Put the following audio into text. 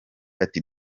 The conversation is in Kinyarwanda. ati